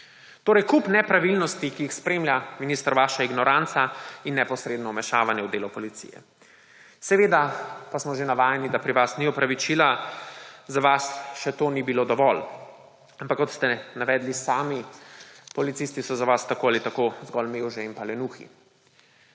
Torej kup nepravilnosti, ki jih spremlja, minister, vaša ignoranca in neposredno vmešavanje v delo policije. Seveda pa smo že navajeni, da pri vas ni opravičila, za vas še to ni bilo dovolj. Ampak kot ste navedli sami, policisti so za vas tako ali tako zgolj mevže in lenuhi.